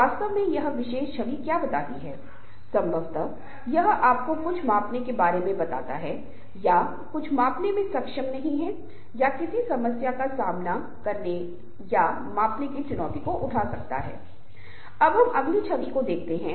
अगले चरण को प्रदर्शन कहा जाता है यह एक पूरी तरह से कार्यात्मक समूह का एक चरण है जहां सदस्य खुद को एक समूह के रूप में देखते हैं और कार्य में शामिल हो जाते हैं